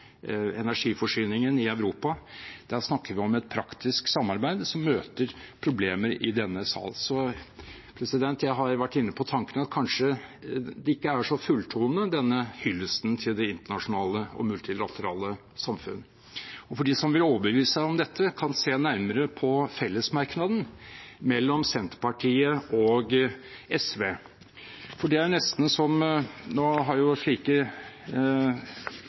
energiforsyningen i Europa, der snakker vi om et praktisk samarbeid som møter problemer i denne sal. Jeg har vært inne på den tanken at den kanskje ikke er så fulltonende, denne hyllesten til det internasjonale og multilaterale samfunn. De som vil overbevise seg om dette, kan se nærmere på fellesmerknaden fra Senterpartiet og SV. Nå har jo slike